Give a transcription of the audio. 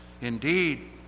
Indeed